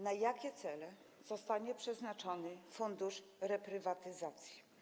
Na jakie cele zostanie przeznaczony Fundusz Reprywatyzacji?